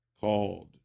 called